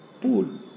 pool